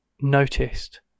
noticed